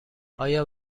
آیا